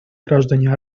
граждане